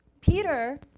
Peter